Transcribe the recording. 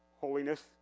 holiness